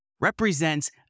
represents